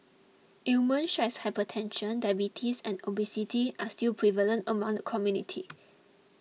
ailments such as hypertension diabetes and obesity are still prevalent among the community